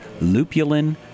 lupulin